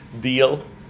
deal